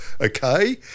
okay